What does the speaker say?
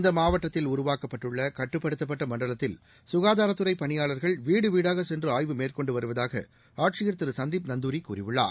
இந்தமாவட்டத்தில் உருவாக்கப்பட்டுள்ளகட்டுப்படுத்தப்பட்டமண்டலத்தில் சுகாதாரத்துறைபணியாளர்கள் வீடுவீடாகச் சென்றுஆய்வு மேற்கொண்டுவருவதாகஆட்சியர் திருசந்திப் நந்தூரிகூறியுள்ளார்